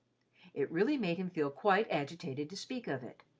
it really made him feel quite agitated to speak of it.